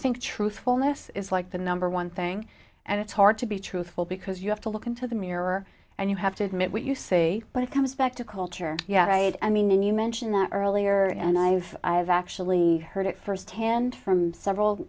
think truthfulness is like the number one thing and it's hard to be truthful because you have to look into the mirror and you have to admit what you say but it comes back to culture yeah i mean you mentioned that earlier and i have i have actually heard it firsthand from several